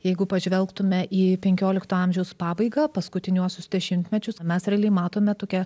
jeigu pažvelgtume į penkiolikto amžiaus pabaigą paskutiniuosius dešimtmečius mes realiai matome tokią